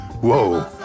whoa